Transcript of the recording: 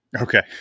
okay